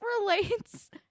relates